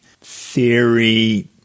theory